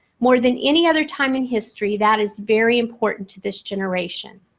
more than any other time in history that is very important to this generation.